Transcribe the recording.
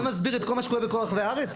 זה מסביר את כל מה שקורה בכל רחבי הארץ?